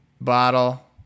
bottle